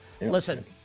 Listen